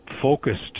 focused